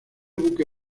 buque